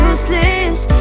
Useless